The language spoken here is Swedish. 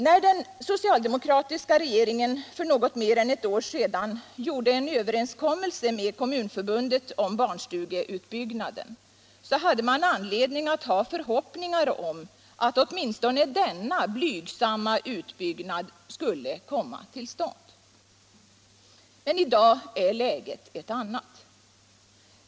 När den socialdemokratiska regeringen för något mer än ett år sedan träffade en överenskommelse med Kommunförbundet om barnstugeutbyggnaden hade man anledning att hysa förhoppningar om att åtminstone denna blygsamma utbyggnad skulle komma till stånd. I dag är läget ett annat.